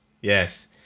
yes